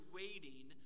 waiting